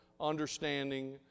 understanding